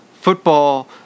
football